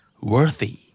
Worthy